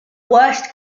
worst